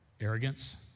Arrogance